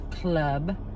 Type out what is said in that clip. club